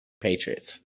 Patriots